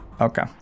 Okay